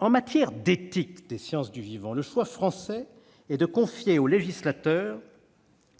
En matière d'éthique des sciences du vivant, le choix français est de confier au législateur